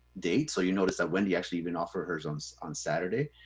date. so you notice that wendy actually even offer hers on so on saturday.